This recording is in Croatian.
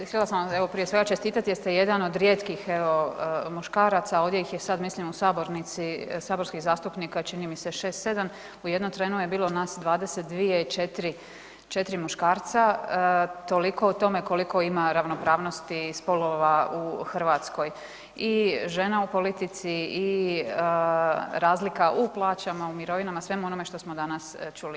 Htjela sam prije svega čestiti jer ste jedan od rijetkih muškaraca, ovdje ih je sad mislim u sabornici saborskih zastupnika čini mi se 6, 7 u jednom trenu je bilo nas 22 i 4 muškarca, toliko o tome koliko ima ravnopravnosti spolova u Hrvatskoj i žena u politici i razlika u plaćama, mirovinama svemu onome što smo danas čuli.